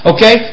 Okay